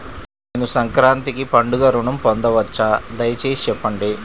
నేను సంక్రాంతికి పండుగ ఋణం పొందవచ్చా? దయచేసి చెప్పండి?